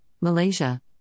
Malaysia